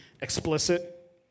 explicit